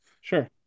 Sure